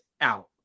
out